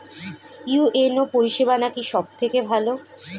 UNO পরিসেবা নাকি সব থেকে ভালো?